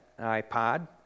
iPod